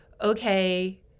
okay